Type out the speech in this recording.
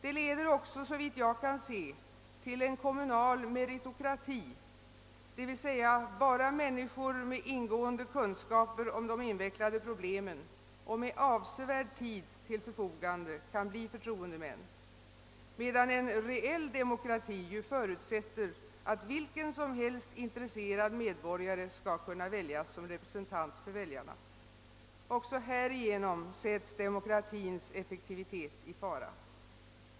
Det leder också, såvitt jag kan se, till en kommunal meritokrati, d.v.s. att endast människor med ingående kunskaper om de invecklade problemen och med avsevärd tid till förfogande kan bli förtroendemän, medan en reell demokrati förutsätter att vilken som helst intresserad medborgare skall kunna väljas som representant. Också härigenom sätts demokratins effektivitet i fara.